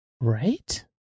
Right